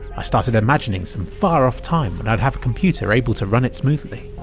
i started imagining some far-off time when i'd have a computer able to run it smoothly.